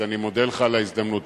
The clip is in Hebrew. אז אני מודה לך על ההזדמנות.